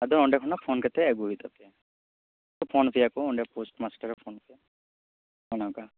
ᱟᱫᱚ ᱚᱸᱰᱮ ᱠᱷᱚᱱᱟᱜ ᱯᱷᱳᱱ ᱠᱟᱛᱮ ᱟᱹᱜᱩ ᱦᱩᱭᱩᱜ ᱛᱟᱯᱮᱭᱟ ᱯᱷᱳᱱ ᱯᱮᱭᱟ ᱠᱚ ᱚᱸᱰᱮ ᱯᱳᱥᱴ ᱢᱟᱥᱴᱟᱨᱮ ᱯᱷᱳᱱ ᱟᱯᱮᱭᱟ ᱚᱱᱮ ᱚᱱᱠᱟ